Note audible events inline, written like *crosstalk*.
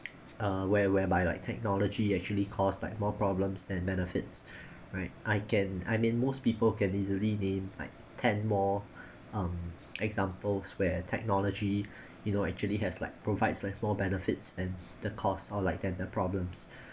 uh where whereby like technology actually cause like more problems than benefits *breath* right I can I mean most people can easily name like ten more *breath* um examples where technology *breath* you know actually has like provides like more benefits and the cost or like that the problems